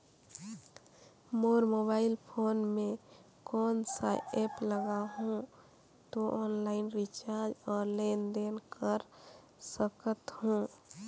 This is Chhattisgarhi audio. मोर मोबाइल फोन मे कोन सा एप्प लगा हूं तो ऑनलाइन रिचार्ज और लेन देन कर सकत हू?